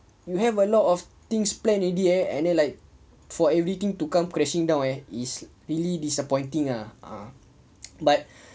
you have a lot of things planned already eh any like for everything to come crashing down eh it's really disappointing ah ah but